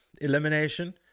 elimination